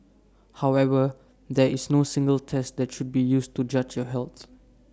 however there is no single test that should be used to judge your health